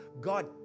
God